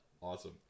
awesome